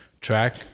track